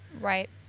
Right